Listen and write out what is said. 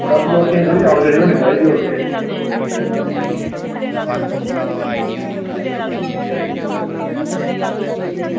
मतलब की लोकें दी थोह्ड़ी आओ जाई होनी चाहिदी होर केह्